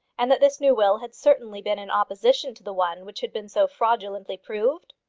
and that this new will had certainly been in opposition to the one which had been so fraudulently proved?